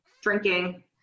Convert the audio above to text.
drinking